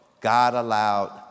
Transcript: God-allowed